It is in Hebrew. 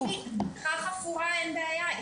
אם היא בריכה חפורה אין בעיה.